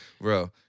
Bro